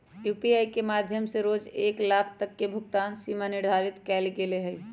UPI के माध्यम से रोज एक लाख तक के भुगतान सीमा निर्धारित कएल गेल हइ